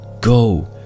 go